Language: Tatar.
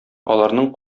аларның